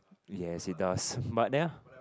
yes it does but then